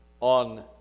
on